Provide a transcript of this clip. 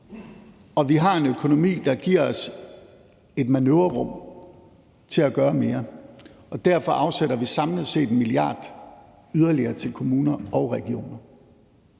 at vi har en økonomi, der giver os et manøvrerum til at gøre mere, og at vi derfor samlet set afsætter 1 mia. kr. yderligere til kommuner og regioner.